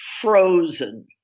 frozen